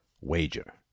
wager